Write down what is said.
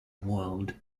world